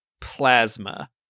Plasma